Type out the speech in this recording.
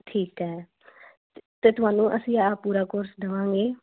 ਠੀਕ ਹੈ ਤੇ ਅਤੇ ਤੁਹਾਨੂੰ ਅਸੀਂ ਇਹ ਪੂਰਾ ਕੋਰਸ ਦੇਵਾਂਗੇ